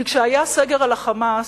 כי כשהיה סגר על ה"חמאס",